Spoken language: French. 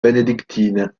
bénédictine